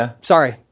sorry